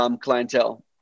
clientele